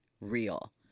real